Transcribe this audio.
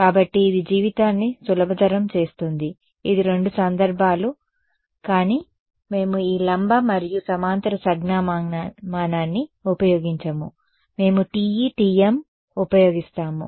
కాబట్టి ఇది జీవితాన్ని సులభతరం చేస్తుంది ఇది రెండు సందర్భాలు కానీ మేము ఈ లంబ మరియు సమాంతర సంజ్ఞా మానాన్ని ఉపయోగించము మేము TE TM సరే ఉపయోగిస్తాము